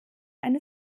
eine